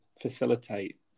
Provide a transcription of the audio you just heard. facilitate